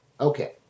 Okay